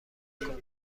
میکنم